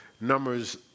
Numbers